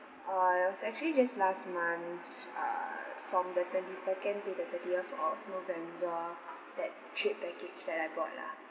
uh it was actually just last months err from the twenty second to the thirtieth of november that trip package that I bought lah